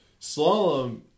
Slalom